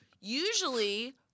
usually